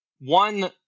one